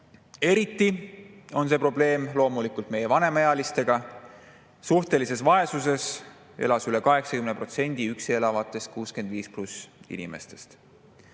Eriti on seda probleemi loomulikult vanemaealistega, suhtelises vaesuses elas üle 80% üksi elavatest 65+‑inimestest.